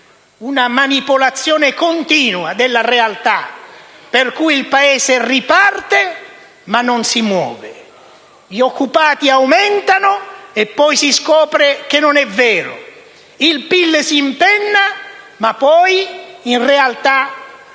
una manipolazione continua della realtà, per cui il Paese riparte, ma non si muove; gli occupati aumentano e poi si scopre che non è vero; il PIL si impenna, ma poi effettivamente